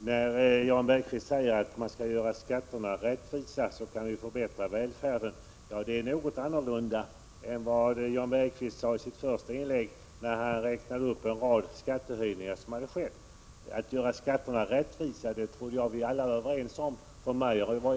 Herr talman! Jan Bergqvist säger att man skall göra skatterna rättvisa, så att man kan förbättra välfärden. Detta skiljer sig något från det som Jan Bergqvist sade i sitt första inlägg, då han räknade upp en rad skattehöjningar som hade genomförts. Jag trodde att vi alla var överens om att göra skatterna rättvisa.